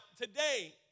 today